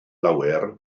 lawer